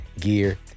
gear